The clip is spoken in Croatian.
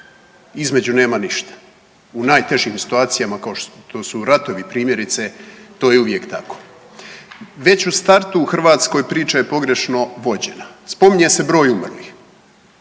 Između nema ništa. U najtežim situacijama kao što su ratovi primjerice to je uvijek tako. Već u startu u Hrvatskoj priča je pogrešno vođena. Spominje se broj umrlih,